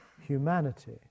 humanity